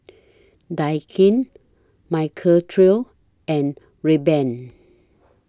Daikin Michael Trio and Rayban